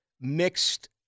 mixed